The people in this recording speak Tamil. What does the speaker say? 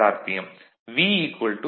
V 230 volt